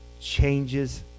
changes